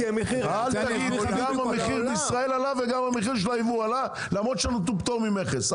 גם המחיר בישראל עלה וגם המחיר של היבוא עלה למרות שנתנו פטור ממכס.